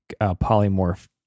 polymorph